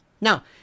Now